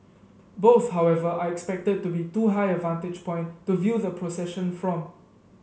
both however are expected to be too high a vantage point to view the procession from